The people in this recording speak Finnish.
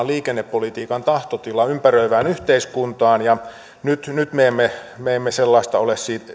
liikennepolitiikan tahtotila ympäröivään yhteiskuntaan ja nyt nyt me emme me emme sellaista ole